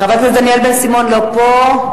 חבר הכנסת דניאל בן-סימון, לא פה.